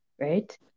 Right